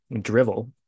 drivel